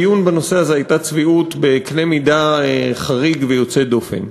בדיון בנושא הזה הייתה צביעות בקנה מידה חריג ויוצא דופן.